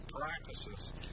practices